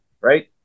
right